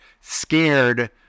scared